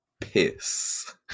piss